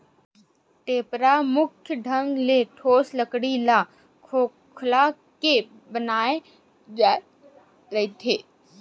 टेपरा मुख्य ढंग ले ठोस लकड़ी ल खोखोल के बनाय जाय रहिथे